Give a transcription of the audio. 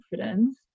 confidence